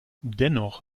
dennoch